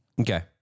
Okay